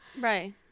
Right